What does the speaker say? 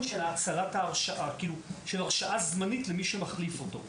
של האצלת ההרשאה הרשאה זמנית למי שמחליף אותו.